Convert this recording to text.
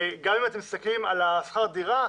וגם אם אתם מסתכלים על שכר הדירה,